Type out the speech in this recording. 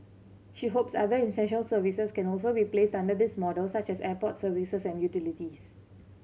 she hopes other essential services can also be placed under this model such as airport services and utilities